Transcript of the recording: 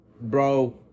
bro